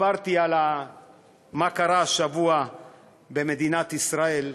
דיברתי על מה שקרה השבוע במדינת ישראל.